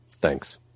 Thanks